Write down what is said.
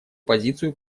позицию